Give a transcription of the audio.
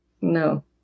no